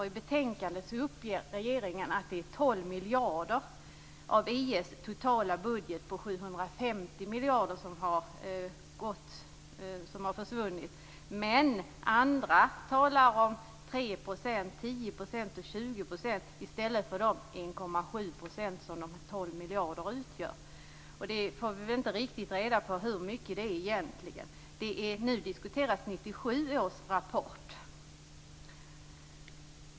I betänkandet uppger regeringen att 12 miljarder av EU:s totala budget på 750 miljarder har försvunnit. Men andra talar om 3 %, 10 % och 20 % i stället för de 1,7 % som de 12 miljarderna utgör. Vi får inte riktigt reda på hur mycket det egentligen är. Nu diskuteras 1997 års rapport.